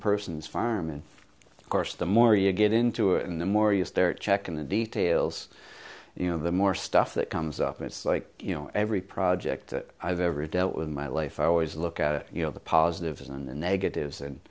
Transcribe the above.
person's farm and of course the more you get into it and the more use their check in the details and you know the more stuff that comes up it's like you know every project i've ever dealt with in my life i always look at you know the positives and negatives and